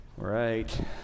Right